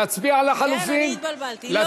להצביע לחלופין?